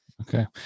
Okay